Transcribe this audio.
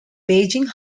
beijing